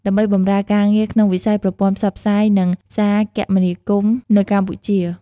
ដើម្បីបម្រើការងារក្នុងវិស័យប្រព័ន្ធផ្សព្វផ្សាយ និងសារគមនាគមន៍នៅកម្ពុជា។